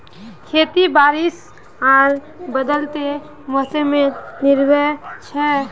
खेती बारिश आर बदलते मोसमोत निर्भर छे